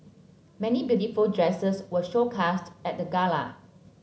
many beautiful dresses were showcased at the Gala